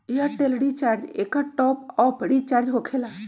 Airtel recharge एकर top off recharge होकेला?